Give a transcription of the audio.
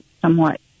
somewhat